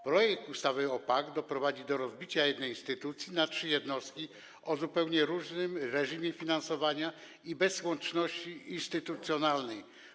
Projekt ustawy o PAG doprowadzi do rozbicia jednej instytucji na trzy jednostki o zupełnie różnym reżimie finansowania i bez łączności instytucjonalnej.